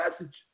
message